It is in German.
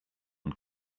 und